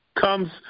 comes